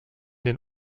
den